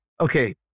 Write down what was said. okay